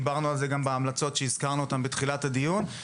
דיברנו על זה גם בהמלצות שהזכרנו בתחילת הדיון,